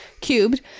cubed